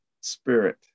spirit